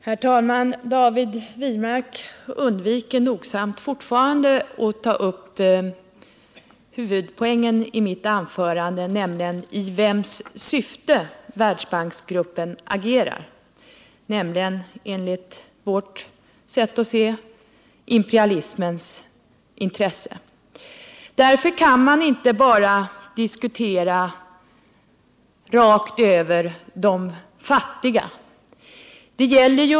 Herr talman! David Wirmark undviker nogsamt att ta upp huvudpoängen i mitt anförande, nämligen i vems syfte Världsbanksgruppen agerar. Enligt vårt sätt att se saken är det i imperialismens intresse. Därför kan man inte bara rakt över diskutera de fattiga länderna.